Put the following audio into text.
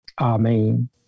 Amen